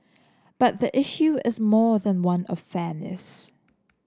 but the issue is more than one of fairness